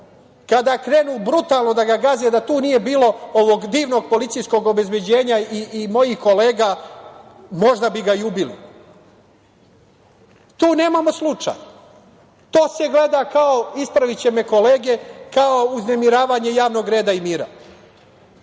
kada krenu brutalno da ga gaze, da tu nije bilo ovog divnog policijskog obezbeđenja i mojih kolega, možda bi ga i ubili. Tu nemamo slučaj. To se gleda kao, ispraviće me kolege, uznemiravanje javnog reda i mira.